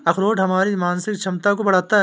अखरोट हमारी मानसिक क्षमता को बढ़ाता है